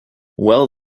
well